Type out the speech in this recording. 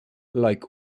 like